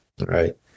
Right